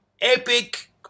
epic